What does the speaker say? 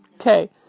Okay